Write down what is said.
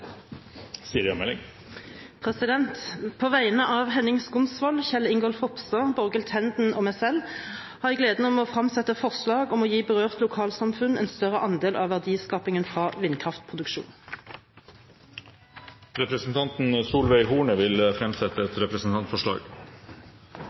På vegne av Henning Skumsvoll, Kjell Ingolf Ropstad, Borghild Tenden og meg selv har jeg gleden av å fremsette forslag om å gi berørte lokalsamfunn en større andel av verdiskapingen fra vindkraftproduksjon. Representanten Solveig Horne vil framsette et